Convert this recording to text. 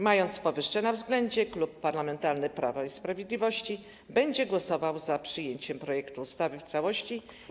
Mając powyższe na względzie, Klub Parlamentarny Prawo i Sprawiedliwość będzie głosował za przyjęciem projektu ustawy w całości.